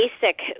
basic